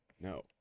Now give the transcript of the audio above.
No